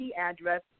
address